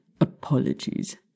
Apologies